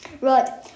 Right